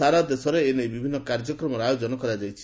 ସାରା ଦେଶରେ ଏନେଇ ବିଭିନ୍ନ କାର୍ଯ୍ୟକ୍ରମ ଆୟୋଜନ କରାଯାଇଛି